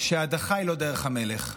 שההדחה היא לא דרך המלך.